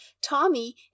Tommy